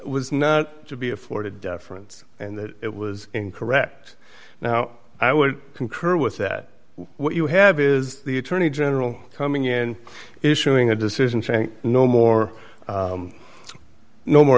was not to be afforded deference and that it was in correct now i would concur with that what you have is the attorney general coming in issuing a decision saying no more no more